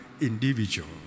individual